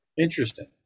Interesting